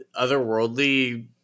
otherworldly